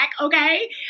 okay